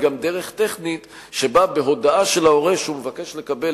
דרך טכנית שבה בהודעה של ההורה שהוא מבקש לקבל